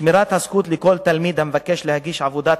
6. שמירת הזכות לכל תלמיד המבקש להגיש עבודת